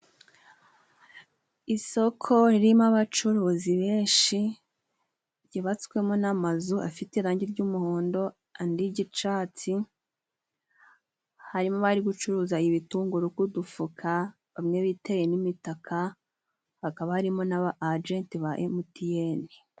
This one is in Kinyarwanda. Isoko ririmo abacuruzi benshi ryubatswemo n'amazu afite irangi ry'umuhondo andi ry'icatsi, harimo ari gucuruza ibitunguru ku dufuka bamwe biteye n'imitaka, hakaba harimo n'abajenti ba emutiyeni.